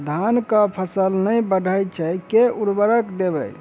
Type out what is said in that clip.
धान कऽ फसल नै बढ़य छै केँ उर्वरक देबै?